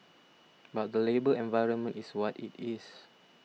but the labour environment is what it is